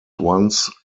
once